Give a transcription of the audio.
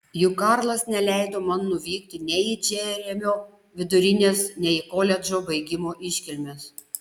juk karlas neleido man nuvykti nei į džeremio vidurinės nei į koledžo baigimo iškilmes